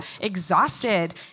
exhausted